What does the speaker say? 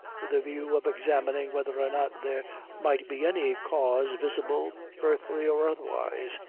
with a view of examining whether or not there might be any cause visible, earthly or otherwise,